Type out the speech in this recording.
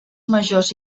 majors